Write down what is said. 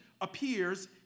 appears